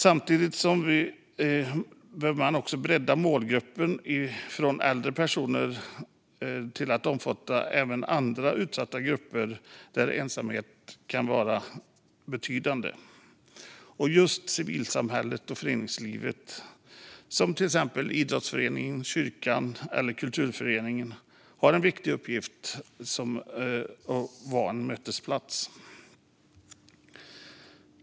Samtidigt bör målgruppen breddas från äldre personer till att omfatta även andra utsatta grupper där ensamheten kan vara betydande. Just civilsamhället och föreningslivet, som idrottsföreningen, kyrkan eller kulturföreningen, har en viktig uppgift som mötesplatser.